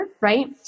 Right